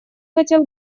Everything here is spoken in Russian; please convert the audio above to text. хотела